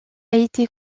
été